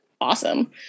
awesome